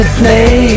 play